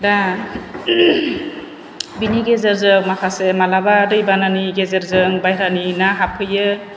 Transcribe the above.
दा बिनि गेजेरजों माखासे मालाबा दै बानानि गेजेरजों बायह्रानि ना हाबफैयो